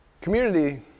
Community